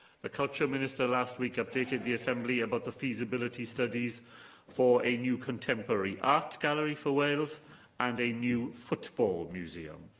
the culture minister last week updated the assembly about the feasibility studies for a new contemporary art gallery for wales and a new football museum.